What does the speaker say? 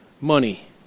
money